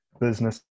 business